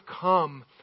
come